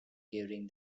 during